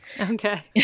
okay